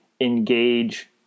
engage